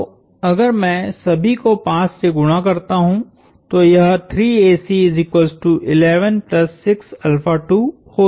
तो अगर मैं सभी को 5 से गुणा करता हूं तो यह हो जाता है